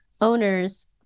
owners